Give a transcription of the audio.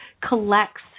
collects